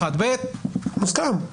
מוסכם.